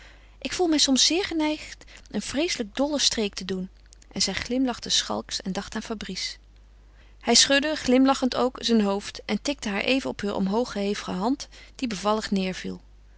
ik voel mij soms zeer geneigd een vreeselijk dollen streek te doen en zij glimlachte schalks en dacht aan fabrice hij schudde glimlachend ook zijn hoofd en tikte haar even op heur omhoog geheven hand die bevallig